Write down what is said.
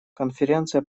конференция